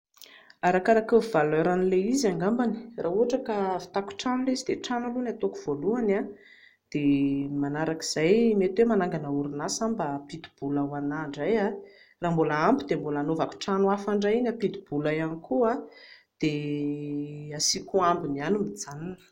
Arakaraky ny valeur an'ilay izy angambany, raha ohatra ka hahavitako trano ilay izy dia trano aloha no hataoko voalohany, dia ny manaraka izay mety hoe manangana orinasa aho mba hampidi-bola ho ahy indray, raha mbola ampy dia mbola hanaovako trano hafa indray iny hampidi-bola ihany koa, dia asiako ambiny ihany mijanona